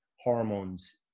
hormones